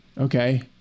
Okay